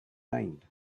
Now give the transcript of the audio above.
named